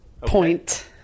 Point